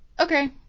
Okay